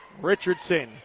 Richardson